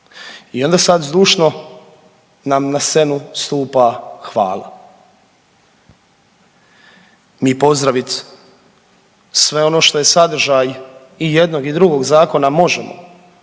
I onda sad zdušno nam na scenu stupa hvala. Mi pozdravit sve ono što je sadržaj i jednog i drugog zakona možemo.